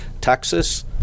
Texas